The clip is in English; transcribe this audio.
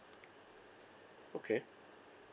okay